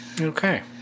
Okay